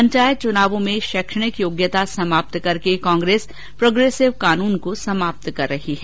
पंचायत चुनावों में शैक्षणिक योग्यता समाप्त करके कांग्रेस प्रोग्रेसिव कानून को समाप्त कर रही है